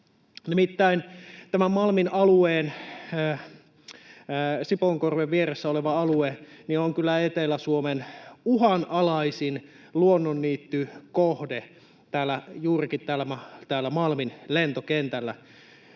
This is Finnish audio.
Nimittäin tämä Malmin alueen Sipoonkorven vieressä oleva alue on kyllä Etelä-Suomen uhanalaisin luonnonniittykohde, juurikin täällä Malmin lentokentällä.